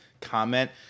comment